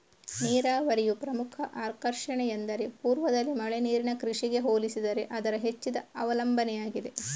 ನೀರಾವರಿಯ ಪ್ರಮುಖ ಆಕರ್ಷಣೆಯೆಂದರೆ ಪೂರ್ವದಲ್ಲಿ ಮಳೆ ನೀರಿನ ಕೃಷಿಗೆ ಹೋಲಿಸಿದರೆ ಅದರ ಹೆಚ್ಚಿದ ಅವಲಂಬನೆಯಾಗಿದೆ